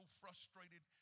frustrated